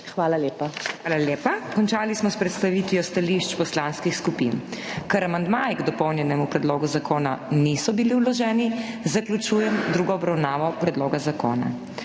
MEIRA HOT: Hvala lepa. Končali smo s predstavitvijo stališč poslanskih skupin. Ker amandmaji k dopolnjenemu predlogu zakona niso bili vloženi, zaključujem drugo obravnavo predloga zakona.